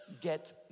get